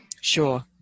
Sure